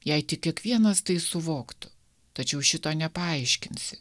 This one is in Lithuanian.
jei tik kiekvienas tai suvoktų tačiau šito nepaaiškinsi